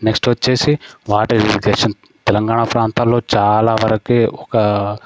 next వచ్చేసి water irrigation Telangana ప్రాంతాల్లో చాలా వరకే ఒక